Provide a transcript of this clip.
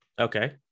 Okay